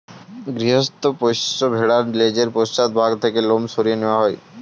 গৃহস্থ পোষ্য ভেড়ার লেজের পশ্চাৎ ভাগ থেকে লোম সরিয়ে নেওয়া হয়